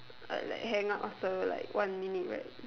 I like hang up after like one minute right